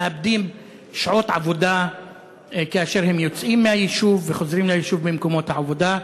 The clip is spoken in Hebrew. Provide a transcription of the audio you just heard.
מאבדים שעות עבודה כאשר הם יוצאים מהיישוב וחוזרים ממקומות העבודה,